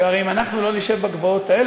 עכשיו אני אגיד: עם כל הכאב והצער שלכם,